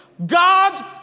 God